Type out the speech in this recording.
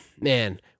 man